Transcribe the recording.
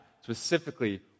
specifically